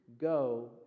go